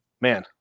Man